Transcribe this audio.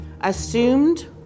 assumed